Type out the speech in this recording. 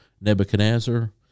Nebuchadnezzar